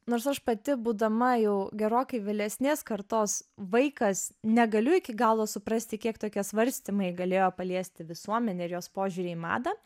nors aš pati būdama jau gerokai vėlesnės kartos vaikas negaliu iki galo suprasti kiek tokie svarstymai galėjo paliesti visuomenę ir jos požiūrį į madą